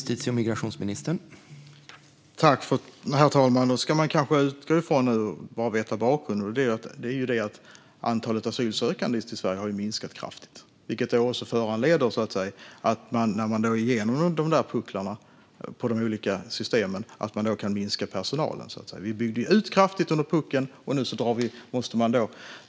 Herr talman! Man ska veta bakgrunden. Antalet asylsökande till Sverige har minskat kraftigt. Det föranleder att man när man kommit över pucklarna i de olika systemen kan minska bemanningen. Vi byggde ut kraftigt när vi var på toppen av puckeln.